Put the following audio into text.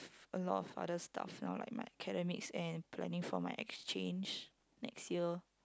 a lot of other stuff now like my academics and planning for my exchange next year